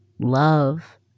Love